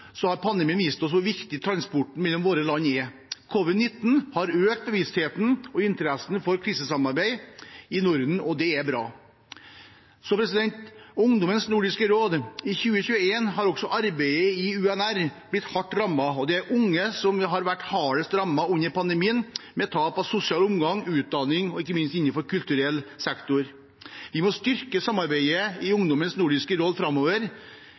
har pandemien vist oss hvor viktig transporten mellom våre land er. Covid-19 har økt bevisstheten og interessen for krisesamarbeid i Norden – og det er bra. Ungdommens nordiske råds arbeid i 2021 har også blitt hardt rammet, og det er unge som har blitt hardest rammet under pandemien med tap av sosial omgang og utdanning og ikke minst innenfor kulturell sektor. Vi må styrke samarbeidet i Ungdommens nordiske råd framover.